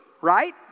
right